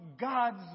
God's